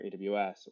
AWS